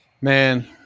Man